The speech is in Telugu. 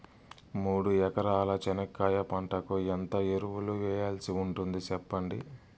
మూడు ఎకరాల చెనక్కాయ పంటకు ఎంత ఎరువులు వేయాల్సి ఉంటుంది సెప్పండి?